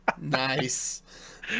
Nice